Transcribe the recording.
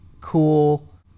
cool